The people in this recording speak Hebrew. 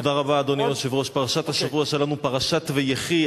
אדוני, תודה רבה, פרשת השבוע שלנו, פרשת ויחי.